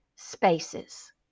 Spaces